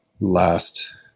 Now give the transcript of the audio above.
last